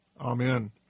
Amen